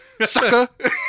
sucker